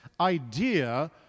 idea